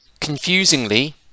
Confusingly